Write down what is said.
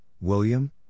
William